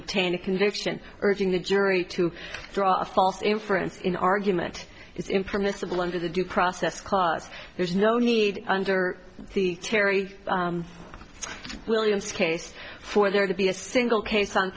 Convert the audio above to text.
obtain a conviction urging the jury to draw false inference in argument is in permissible under the due process cause there's no need under the terry williams case for there to be a single case on